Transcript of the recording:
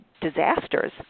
disasters